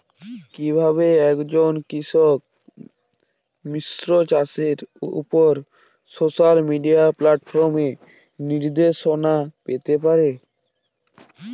কিভাবে একজন কৃষক মিশ্র চাষের উপর সোশ্যাল মিডিয়া প্ল্যাটফর্মে নির্দেশনা পেতে পারে?